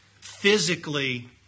physically